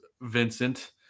Vincent